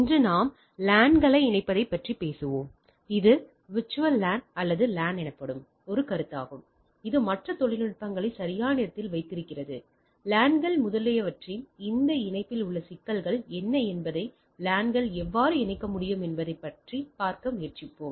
இன்று நாம் LAN களை இணைப்பதை பேசுவோம் இது விர்ச்சுவல் லேன் அல்லது VLAN எனப்படும் ஒரு கருத்தாகும் இது மற்ற தொழில்நுட்பங்களை சரியான இடத்தில் வைத்திருக்கிறது லேன்கள் முதலியவற்றின் இந்த இணைப்பில் உள்ள சிக்கல்கள் என்ன என்பதை லேன்கள் எவ்வாறு இணைக்க முடியும் என்பதைப் பார்க்க முயற்சிப்போம்